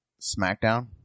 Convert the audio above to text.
SmackDown